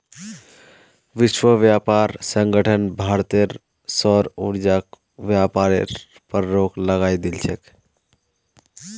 विश्व व्यापार संगठन भारतेर सौर ऊर्जाक व्यापारेर पर रोक लगई दिल छेक